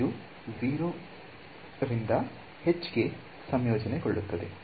ಇದು 0 ರಿಂದ h ಗೆ ಸಂಯೋಜನೆಗೊಳ್ಳುತ್ತದೆ